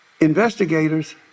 investigators